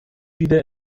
wieder